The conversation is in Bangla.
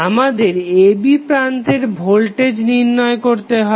আমাদের a b প্রান্তের ভোল্টেজ নির্ণয় করতে হবে